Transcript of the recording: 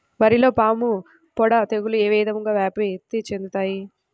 వరిలో పాముపొడ తెగులు ఏ విధంగా వ్యాప్తి చెందుతాయి?